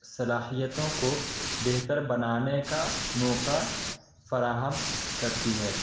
صلاحیتوں کو بہتر بنانے کا موقع فراہم کرتی ہے